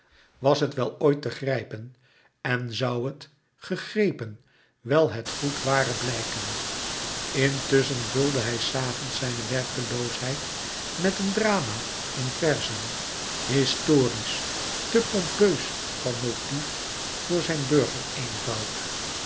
was het wel ooit te grijpen en zoû het gegrepen wel het goed ware blijken intusschen vulde hij des avonds zijne werkeloosheid met een drama in verzen historisch louis couperus metamorfoze te pompeus van motief voor zijn